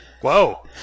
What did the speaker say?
Whoa